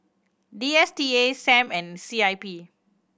D S T A Sam and C I P